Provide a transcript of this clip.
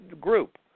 group